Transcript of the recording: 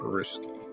risky